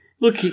Look